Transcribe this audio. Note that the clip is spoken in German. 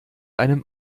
einem